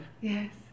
yes